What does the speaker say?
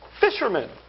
Fishermen